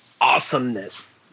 awesomeness